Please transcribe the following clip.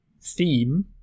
theme